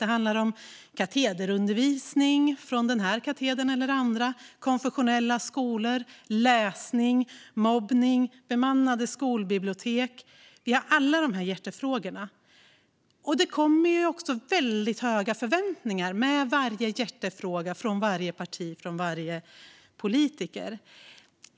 Det handlar om katederundervisning, från denna kateder eller andra, konfessionella skolor, läsning, mobbning och bemannade skolbibliotek. Vi har alla dessa hjärtefrågor. Det kommer också väldigt höga förväntningar med varje hjärtefråga från varje parti, från varje politiker.